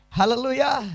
Hallelujah